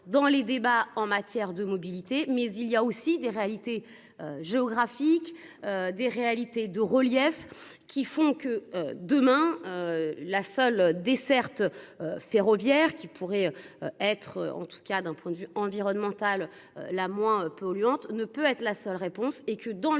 dans les débats en matière de mobilité mais il y a aussi des réalités géographiques. Des réalités de relief qui font que demain. La seule desserte. Ferroviaire qui pourrait être en tout cas d'un point de vue environnemental. La moins polluante, ne peut être la seule réponse et que dans